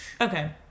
Okay